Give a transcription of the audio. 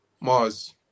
Mars